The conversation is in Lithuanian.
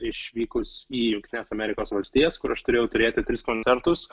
išvykus į jungtines amerikos valstijas kur aš turėjau turėti tris koncertus